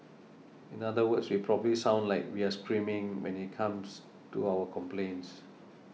in other words we probably sound like we're screaming when it comes to our complaints